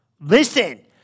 Listen